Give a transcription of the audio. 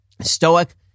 stoic